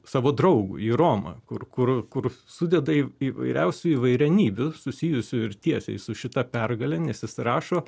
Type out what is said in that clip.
savo draugui į romą kur kur kur sudeda į įvairiausių įvairenybių susijusių ir tiesiai su šita pergalė nes jis rašo